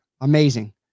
Amazing